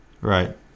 right